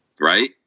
right